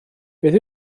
beth